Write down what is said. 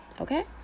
okay